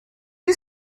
you